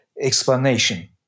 explanation